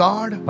God